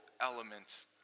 element